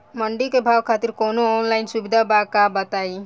मंडी के भाव खातिर कवनो ऑनलाइन सुविधा बा का बताई?